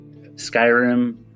Skyrim